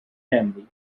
family